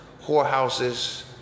whorehouses